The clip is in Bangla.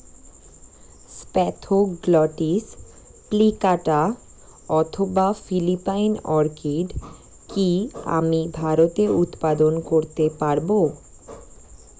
স্প্যাথোগ্লটিস প্লিকাটা অথবা ফিলিপাইন অর্কিড কি আমি ভারতে উৎপাদন করতে পারবো?